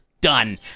done